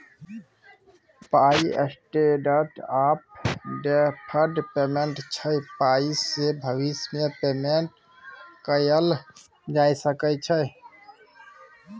पाइ standard of deferred payment छै पाइसँ भबिस मे पेमेंट कएल जा सकै छै